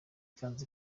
kanzu